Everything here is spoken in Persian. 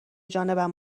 جانب